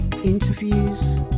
interviews